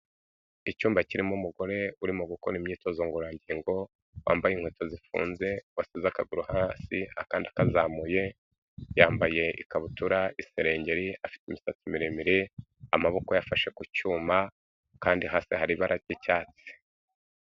Icyumba kirimo umugore urimo gukora imyitozo ngororangingo, wambaye inkweto zifunze washyize akaguru hasi akandi akazamuye, yambaye ikabutura n'isengeri, afite imisatsi miremire amaboko ye afashe ku cyuma kandi hasi hari ibara ry'icyatsi.